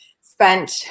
spent